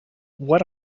what